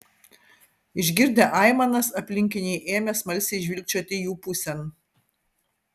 išgirdę aimanas aplinkiniai ėmė smalsiai žvilgčioti jų pusėn